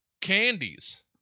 candies